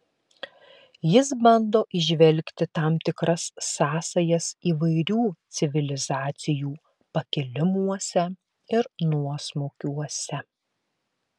jis bando įžvelgti tam tikras sąsajas įvairių civilizacijų pakilimuose ir nuosmukiuose